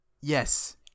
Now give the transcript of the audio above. Yes